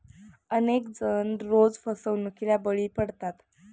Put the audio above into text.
अनेक जण रोज फसवणुकीला बळी पडतात